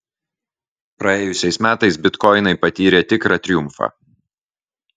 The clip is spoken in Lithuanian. praėjusiais metais bitkoinai patyrė tikrą triumfą